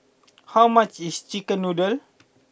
how much is Chicken Noodles